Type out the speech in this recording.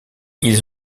ils